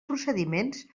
procediments